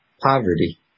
poverty